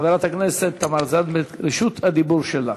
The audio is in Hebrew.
חברת הכנסת תמר זנדברג, רשות הדיבור שלך.